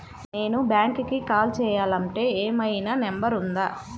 నేను బ్యాంక్కి కాల్ చేయాలంటే ఏమయినా నంబర్ ఉందా?